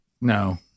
No